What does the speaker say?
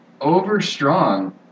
over-strong